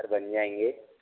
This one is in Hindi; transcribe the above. सर बन जाएंगे